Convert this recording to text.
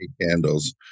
candles